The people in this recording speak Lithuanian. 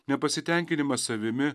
nepasitenkinimas savimi